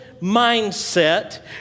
mindset